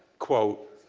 quote,